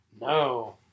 No